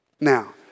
Now